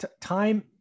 time